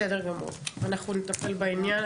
בסדר גמור, אנחנו נטפל בעניין.